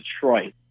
Detroit